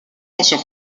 mention